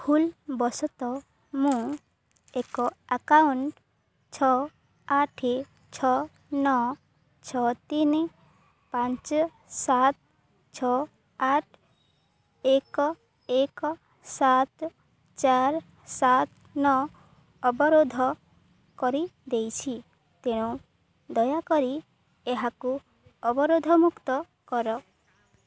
ଭୁଲ ବଶତଃ ମୁଁ ଏକ ଆକାଉଣ୍ଟ ଛଅ ଆଠ ଛଅ ନଅ ଛଅ ତିନି ପାଞ୍ଚ ସାତ ଛଅ ଆଠ ଏକ ଏକ ସାତ ଚାରି ସାତ ନଅ ଅବରୋଧ କରିଦେଇଛି ତେଣୁ ଦୟାକରି ଏହାକୁ ଅବରୋଧମୁକ୍ତ କର